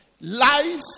Lies